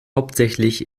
hauptsächlich